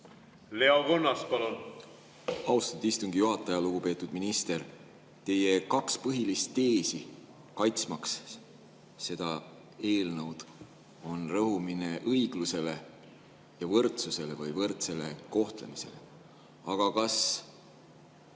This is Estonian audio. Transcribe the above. Leo Kunnas, palun! Austatud istungi juhataja! Lugupeetud minister! Teie kaks põhilist teesi, kaitsmaks seda eelnõu, on rõhumine õiglusele ja võrdsusele või võrdsele kohtlemisele. Aga kas